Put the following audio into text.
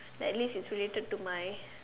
at least it's related to my